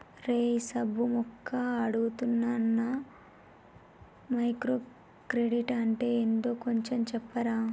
రేయ్ సబ్బు మొన్న అడుగుతున్నానా మైక్రో క్రెడిట్ అంటే ఏంటో కొంచెం చెప్పరా